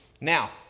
Now